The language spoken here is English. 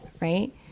right